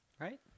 Right